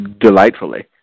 delightfully